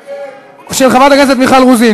של חברת הכנסת מיכל רוזין.